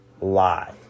lie